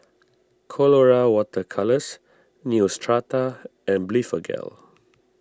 Colora Water Colours Neostrata and Blephagel